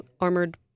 armored